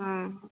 ହଁ